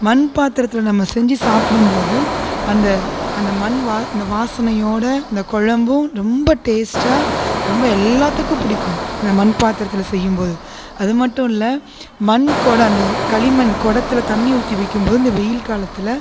மண் பாத்திரத்தில் நாம செஞ்சு சாப்பிடும்போது அந்த அந்த மண் வா வாசனையோட அந்த குழம்பும் ரொம்ப டேஸ்டா ரொம்ப எல்லாத்துக்கும் பிடிக்கும் மண் பாத்திரத்தில் செய்யும் போது அதுமட்டுமல்ல மண்குடம் அந்த களிமண் குடத்துல தண்ணி ஊத்தி வைக்கும்போது இந்த வெயில் காலத்தில்